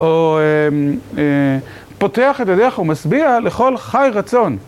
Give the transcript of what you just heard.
או פותח את ידיך ומשביע לכל חי רצון.